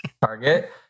Target